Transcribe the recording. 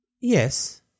Yes